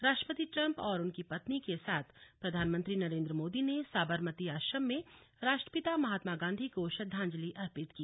राष्ट्रपति ट्रंप और उनकी पत्नी के साथ प्रधानमंत्री नरेन्द्र मोदी ने साबररमती आश्रम में राष्ट्रपिता महात्मा गांधी को श्रद्धांजलि अर्पित की